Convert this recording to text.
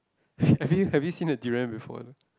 have have you have you seen the durian before or no